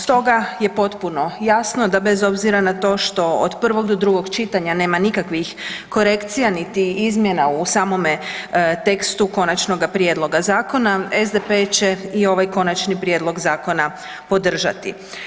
Stoga je potpuno jasno da bez obzira na to što od prvog do drugog čitanja nema nikakvih korekcija niti izmjena u samome tekstu konačnoga prijedloga zakona, SDP će i ovaj konačni prijedlog zakona podržati.